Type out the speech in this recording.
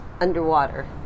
underwater